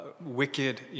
wicked